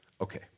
Okay